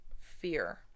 fear